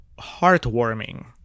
heartwarming